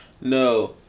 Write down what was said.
No